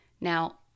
Now